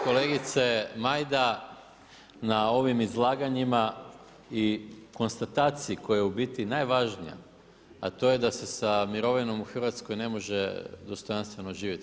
Kolegice Majda na ovim izlaganjima i konstataciji koja je u biti najvažnija, a to je da se sa mirovinom u Hrvatskoj ne može dostojanstveno živjeti.